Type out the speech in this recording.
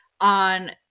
on